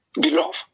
Beloved